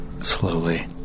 slowly